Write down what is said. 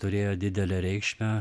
turėjo didelę reikšmę